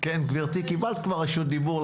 גברתי כבר קיבלת רשות דיבור.